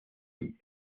mmes